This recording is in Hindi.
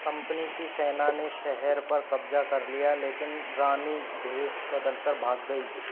कंपनी की सेना ने शहर पर कब्ज़ा कर लिया लेकिन रानी भेस बदल कर भाग गई